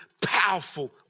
powerful